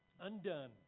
undone